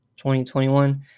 2021